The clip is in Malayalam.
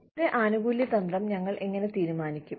ഒരു ആനുകൂല്യ തന്ത്രം ഞങ്ങൾ എങ്ങനെ തീരുമാനിക്കും